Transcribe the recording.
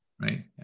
right